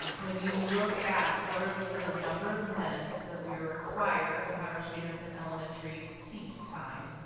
when you look at what are the number of minutes that we are required to have our students in elementary seat time,